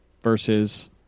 versus